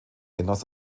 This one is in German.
genoss